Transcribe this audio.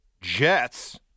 Jets